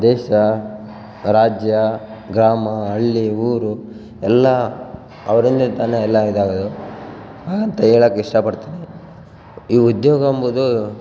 ದೇಶ ರಾಜ್ಯ ಗ್ರಾಮ ಹಳ್ಳಿ ಊರು ಎಲ್ಲ ಅವ್ರಿಂದಾ ತಾನೆಯೆಲ್ಲ ಇದಾಗೋದು ಹಾಗಂತ ಹೇಳೋಕೆ ಇಷ್ಟ ಪಡ್ತೀನಿ ಈ ಉದ್ಯೋಗ ಅಂಬೊದು